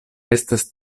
estas